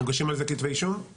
מוגשים על זה כתבי אישום?